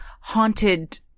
Haunted